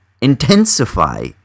intensify